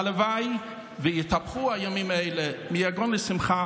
הלוואי שיתהפכו הימים האלה מיגון לשמחה